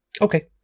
Okay